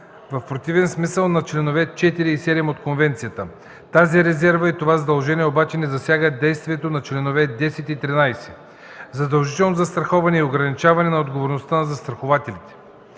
в противен смисъл на членове 4 и 7 от конвенцията; тази резерва и това задължение обаче не засягат действието на членове 10 и 13. Задължително застраховане и ограничаване на отговорността на застрахователите